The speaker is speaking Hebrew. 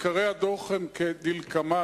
עיקרי הדוח הם כדלקמן: